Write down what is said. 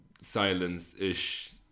silence-ish